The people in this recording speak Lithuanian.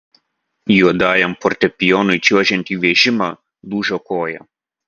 juodajam fortepijonui čiuožiant į vežimą lūžo koja